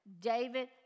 David